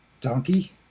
donkey